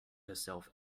herself